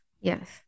yes